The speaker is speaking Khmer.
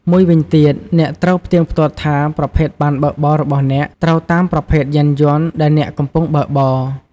មួយវិញទៀត អ្នកត្រូវផ្ទៀងផ្ទាត់ថាប្រភេទប័ណ្ណបើកបររបស់អ្នក ត្រូវតាមប្រភេទយានយន្តដែលអ្នកកំពុងបើកបរ។